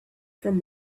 from